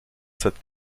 cette